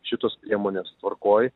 šitos priemonės tvarkoj